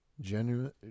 genuine